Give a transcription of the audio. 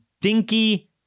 dinky